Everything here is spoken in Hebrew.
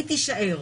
היא תישאר.